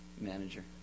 manager